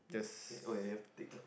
oh ya you have to take